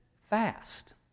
fast